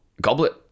*Goblet*